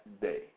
day